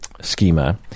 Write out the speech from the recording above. schema